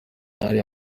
ariya